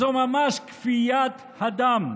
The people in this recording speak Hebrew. זו ממש כפיית הדם.